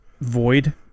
void